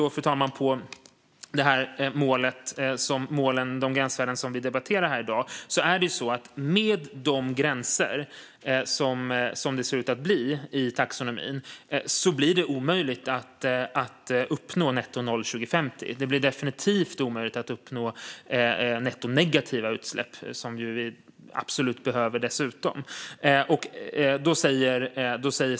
Om man tittar på de mål och gränsvärden som vi debatterar här i dag ser man att det med de gränser som det ser ut att bli i taxonomin blir omöjligt att uppnå nettonollutsläpp 2050. Det blir definitivt omöjligt att uppnå nettonegativa utsläpp, som vi ju också absolut behöver.